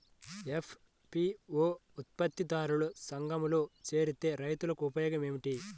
FPO ఉత్పత్తి దారుల సంఘములో చేరితే రైతులకు ఉపయోగము ఏమిటి?